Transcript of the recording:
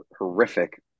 horrific